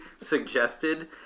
suggested